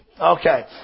okay